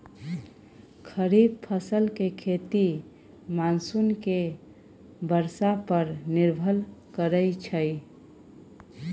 खरीफ फसल के खेती मानसून के बरसा पर निर्भर करइ छइ